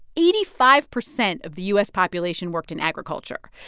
eighty five percent of the u s. population worked in agriculture,